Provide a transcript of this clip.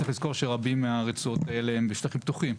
אבל צריך לזכור שרבות מהרצועות האלה הן בשטחים פתוחים,